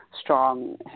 strong